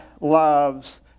loves